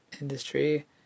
industry